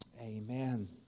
Amen